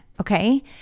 okay